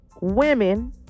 women